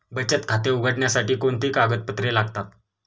बचत खाते उघडण्यासाठी कोणती कागदपत्रे लागतात?